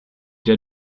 der